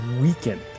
weakened